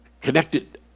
connected